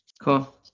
Cool